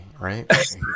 right